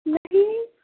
نہیں